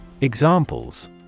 Examples